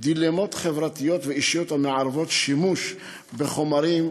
דילמות חברתיות ואישיות המערבות שימוש בחומרים,